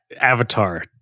avatar